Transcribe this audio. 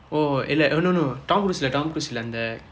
oh இல்லை:illai no no no tom cruise இல்லை:illai tom cruise இல்லை அந்த:illai andtha